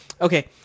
Okay